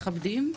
מכבדים,